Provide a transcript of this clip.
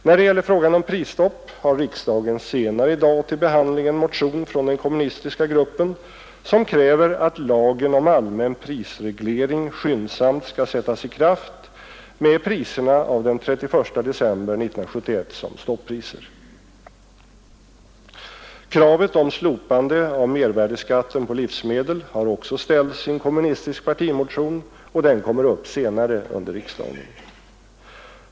När det gäller frågan om prisstopp har riksdagen senare i dag till behandling en motion från den kommunistiska gruppen, som kräver att lagen om allmän prisreglering skyndsamt skall sättas i kraft med priserna av den 31 december 1971 som stoppriser. Kravet om slopande av mervärdeskatten på livsmedel har också ställts i en kommunistisk partimotion, och den kommer upp senare under riksdagen.